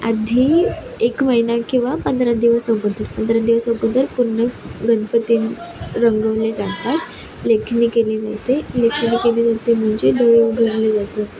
आधी एक महिना किंवा पंधरा दिवस अगोदर पंधरा दिवस अगोदर पूर्ण गणपती रंगवले जातात लेखणी केली लेखणी केली जाते म्हणजे डोळे उघडले जातात